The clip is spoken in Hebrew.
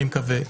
אני מקווה,